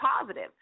positive